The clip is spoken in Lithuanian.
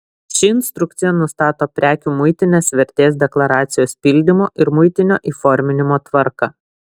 ši instrukcija nustato prekių muitinės vertės deklaracijos pildymo ir muitinio įforminimo tvarką